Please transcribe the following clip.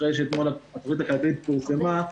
אחרי שאתמול התכנית הכלכלית פורסמה,